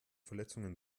verletzungen